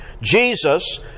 Jesus